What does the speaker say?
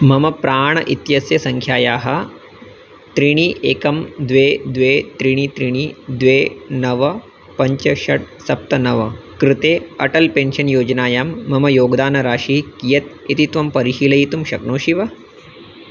मम प्राण् इत्यस्य सङ्ख्यायाः त्रीणि एकं द्वे द्वे त्रीणि त्रीणि द्वे नव पञ्च षट् सप्त नव कृते अटल् पेन्शन् योजनायां मम योगदानराशिः कियत् इति त्वं परिशीलयितुं शक्नोषि वा